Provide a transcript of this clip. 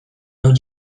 hau